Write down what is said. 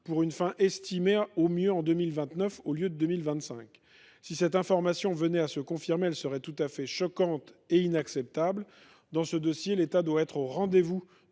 des travaux estimée au mieux en 2029, au lieu de 2025. Si cette information se confirmait, elle serait tout à fait choquante et inacceptable. Dans ce dossier, l’État doit être au rendez vous